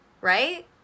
right